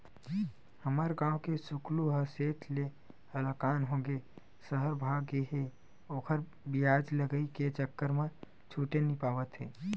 हमर गांव के सुकलू ह सेठ ले हलाकान होके सहर भाग गे हे ओखर बियाज लगई के चक्कर म छूटे नइ पावत हे